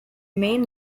main